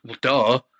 Duh